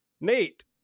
Nate